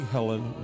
Helen